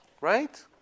Right